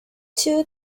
two